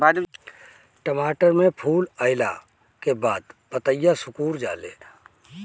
टमाटर में फूल अईला के बाद पतईया सुकुर जाले?